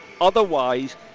Otherwise